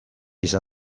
izan